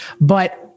But-